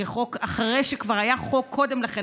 כחוק אחרי שכבר היה חוק קודם לכן,